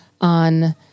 on